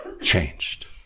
changed